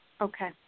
okay